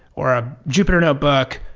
or a jupiter notebook,